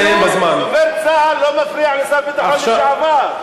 דוברת צה"ל לא מפריעה לשר ביטחון לשעבר.